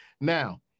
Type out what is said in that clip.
Now